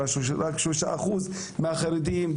רק 3% מהחרדים.